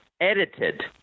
edited